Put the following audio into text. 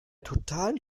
totalen